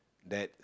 that